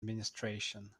administration